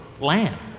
land